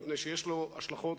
מפני שיש לו השלכות,